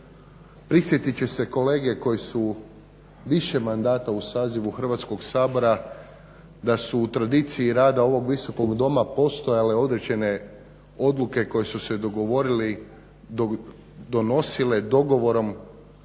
Prisjetit će se kolege koji su više mandata u sazivu Hrvatskog sabora da su u tradiciji rada ovog Visokog doma postojale određene odluke koje su se donosile dogovorom